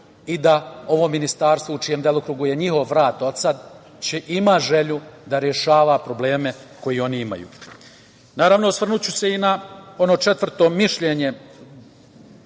i da ovo ministarstvo, u čijem delokrugu je njihov rad od sad, ima želju da rešava probleme koje oni imaju. Naravno, osvrnuću se i na ono četvrto mišljenje